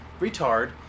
Retard